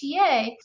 TA